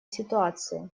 ситуации